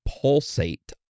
pulsate